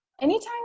Anytime